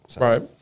right